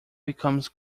becomes